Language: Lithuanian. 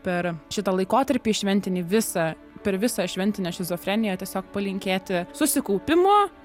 per šitą laikotarpį šventinį visą per visą šventinę šizofreniją tiesiog palinkėti susikaupimo